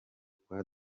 kwa